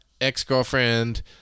ex-girlfriend